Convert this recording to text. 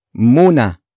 Muna